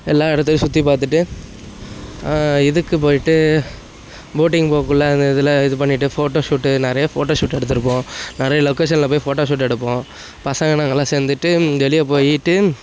எல்லா இடத்தையும் சுற்றி பார்த்துட்டு இதுக்கு போயிட்டு போட்டிங் போகக்குள்ள அந்த இதில் இது பண்ணிகிட்டு ஃபோட்டோஷூட்டு நிறையா ஃபோட்டோஷூட்டு எடுத்திருப்போம் நிறையா லொக்கேஷனில் போய் ஃபோட்டோஷூட் எடுப்போம் பசங்க நாங்கெல்லாம் சேர்ந்துட்டு வெளியே போயிட்டு